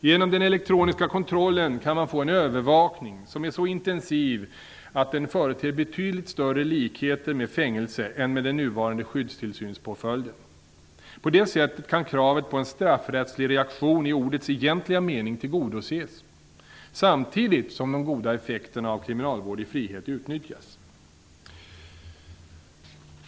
Genom den elektroniska kontrollen kan man få en övervakning som är så intensiv att den företer betydligt större likheter med fängelse än med den nuvarande skyddstillsynspåföljden. På det sättet kan kravet på en straffrättslig reaktion i ordets egentliga mening tillgodoses, samtidigt som de goda effekterna av kriminalvård i frihet utnyttjas.